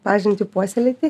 pažintį puoselėti